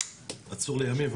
הוא עצור לימים,